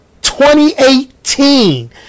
2018